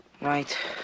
Right